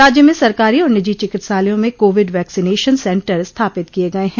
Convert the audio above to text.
राज्य में सरकारी और निजी चिकित्सालयों में कोविड वैक्सीनेशन सेन्टर स्थापित किये गये हैं